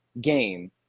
game